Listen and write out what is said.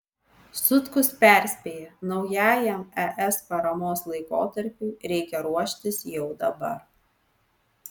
sutkus perspėja naujajam es paramos laikotarpiui reikia ruoštis jau dabar